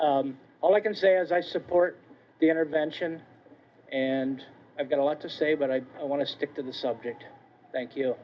e all i can say is i support the intervention and i've got a lot to say but i want to stick to the subject thank you